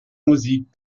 musik